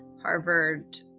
Harvard